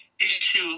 issue